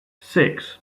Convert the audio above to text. six